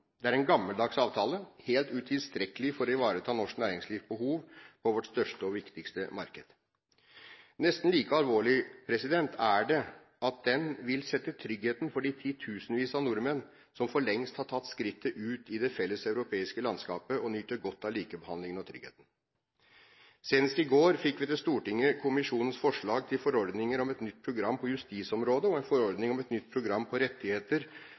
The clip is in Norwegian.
Det er en gammeldags avtale, helt utilstrekkelig for å ivareta norsk næringslivs behov på vårt største og viktigste marked. Nesten like alvorlig er det at den vil sette tryggheten i fare når det gjelder de titusenvis av nordmenn som for lengst har tatt skrittet ut i det felles europeiske landskapet, og som nyter godt av likebehandlingen og tryggheten. Senest i går fikk vi til Stortinget kommisjonens forslag til forordninger om et nytt program på justisområdet, og en forordning om et nytt program for rettigheter